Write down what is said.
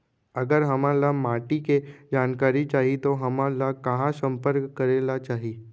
अगर हमन ला माटी के जानकारी चाही तो हमन ला कहाँ संपर्क करे ला चाही?